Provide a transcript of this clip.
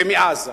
ומעזה.